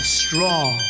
strong